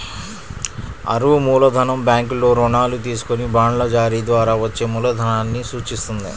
అరువు మూలధనం బ్యాంకుల్లో రుణాలు తీసుకొని బాండ్ల జారీ ద్వారా వచ్చే మూలధనాన్ని సూచిత్తది